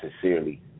sincerely